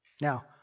Now